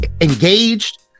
engaged